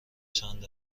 چند